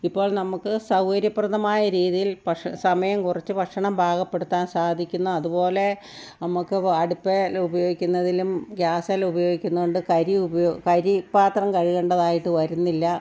ഇപ്പോൾ നമുക്ക് സൗകര്യപ്രദമായ രീതിയിൽ പക്ഷേ സമയം കുറച്ച് ഭക്ഷണം പാകപ്പെടുത്താൻ സാധിക്കുന്നു അതുപോലെ നമുക്ക് അടുപ്പേൽ ഉപയോഗിക്കുന്നതിലും ഗ്യാസെൽ ഉപയോഗിക്കുന്നത് കൊണ്ട് കരി ഉപ കരിപ്പാത്രം കഴുകേണ്ടതായിട്ട് വരുന്നില്ല